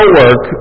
work